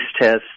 test